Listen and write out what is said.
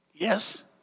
Yes